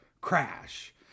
crash